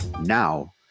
Now